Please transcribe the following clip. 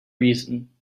reason